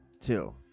Two